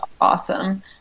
awesome